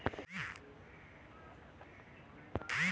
peer to peer lending मै आप घर बैठे ऑनलाइन ट्रांजेक्शन कर सकते है